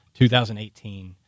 2018—